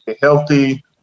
healthy